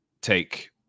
take